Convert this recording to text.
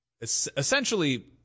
essentially